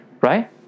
Right